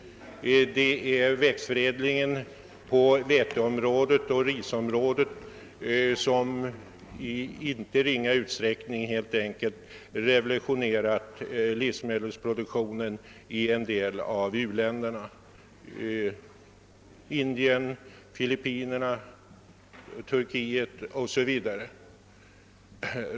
Det är växtförädlingen på veteoch risområdet, som i inte ringa utsträckning revolutionerat livsmedelsproduktionen i en del u-länder som Indien, Filippinerna, Turkiet o. s. v.